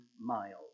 miles